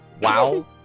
Wow